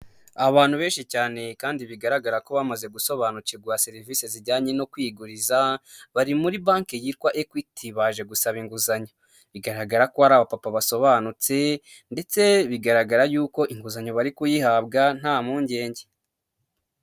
Abantu benshi cyane kandi bigaragara ko bamaze gusobanukirwa serivisi zijyanye no kwiguriza, bari muri banke yitwa Ekwiti baje gusaba inguzanyo. Bigaragara ko ari abapapa basobanutse ndetse bigaragara y'uko inguzanyo bari kuyihabwa nta mpungenge.